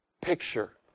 picture